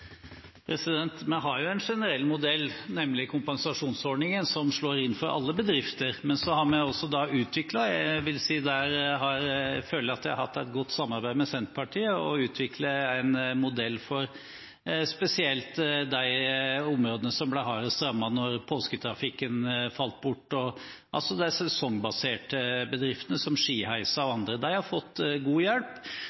Vi har jo en generell modell, nemlig kompensasjonsordningen, som slår inn for alle bedrifter. Så har vi også – som jeg føler vi har hatt et godt samarbeid med Senterpartiet om – utviklet en modell for spesielt de områdene som ble hardest rammet da påsketrafikken falt bort, altså de sesongbaserte bedriftene som skiheiser og